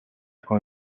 con